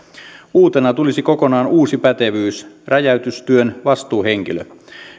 uutena tulisi kokonaan uusi pätevyys räjäytystyön vastuuhenkilö